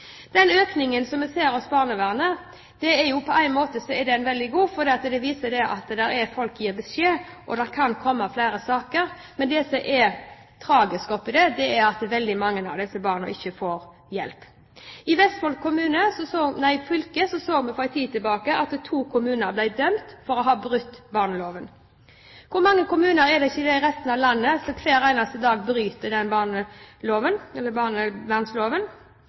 Den økningen vi ser hos barnevernet, er på en måte veldig god, for den viser at folk gir beskjed, og at det kan komme flere saker. Men det som er tragisk, er at veldig mange av disse barna ikke får hjelp. I Vestfold fylke så vi for en tid tilbake at to kommuner ble dømt for å ha brutt barnevernsloven. Hvor mange kommuner er det ikke i resten av landet som hver eneste dag bryter barnevernsloven?